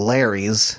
Larry's